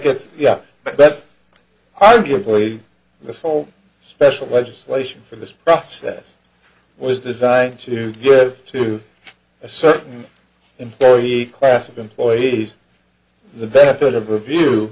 gets yeah but that's arguably this whole special legislation for this process was designed to give to a certain employee class of employees the benefit of the view